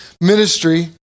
ministry